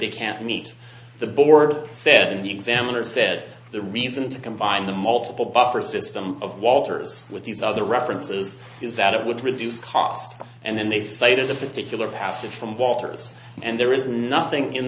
they can't meet the board said the examiner said the reason to combine the multiple buffer system of walter's with these other references is that it would reduce costs and then they say there's a particular passage from walters and there is nothing in